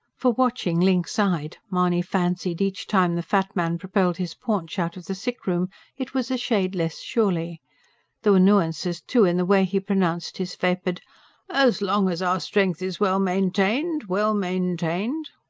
for, watching lynx-eyed, mahony fancied each time the fat man propelled his paunch out of the sickroom it was a shade less surely there were nuances, too, in the way he pronounced his vapid as long as our strength is well maintained. well maintained.